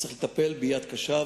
צריך לטפל ביד קשה,